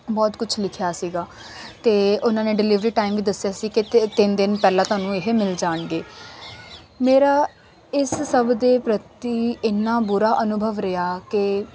ਬਹੁਤ ਕੁਛ ਲਿਖਿਆ ਸੀਗਾ ਅਤੇ ਉਨ੍ਹਾਂ ਨੇ ਡਿਲੀਵਰੀ ਟਾਈਮ ਵੀ ਦੱਸਿਆ ਸੀ ਕਿ ਤਿੰਨ ਦਿਨ ਪਹਿਲਾਂ ਤੁਹਾਨੂੰ ਇਹ ਮਿਲ ਜਾਣਗੇ ਮੇਰਾ ਇਸ ਸਭ ਦੇ ਪ੍ਰਤੀ ਇੰਨਾ ਬੁਰਾ ਅਨੁਭਵ ਰਿਹਾ ਕਿ